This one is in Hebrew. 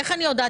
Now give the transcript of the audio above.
איך אני יודעת?